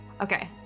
Okay